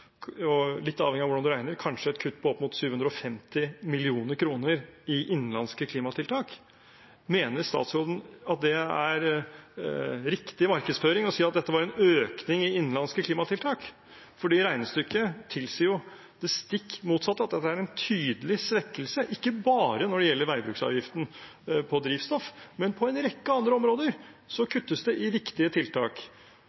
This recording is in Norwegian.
og litt avhengig av hvordan man regner – på kanskje opp mot 750 mill. kr i innenlandske klimatiltak? Mener statsråden det er riktig markedsføring å si at dette var en økning i innenlandske klimatiltak? Det regnestykket tilsier jo det stikk motsatte, at dette er en tydelig svekkelse. Ikke bare når det gjelder veibruksavgiften på drivstoff, men på en rekke andre områder